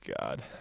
god